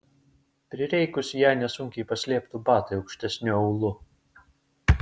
prireikus ją nesunkiai paslėptų batai aukštesniu aulu